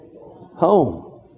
home